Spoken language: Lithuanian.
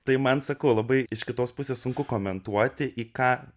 tai man sakau labai iš kitos pusės sunku komentuoti į ką